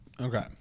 Okay